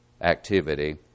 activity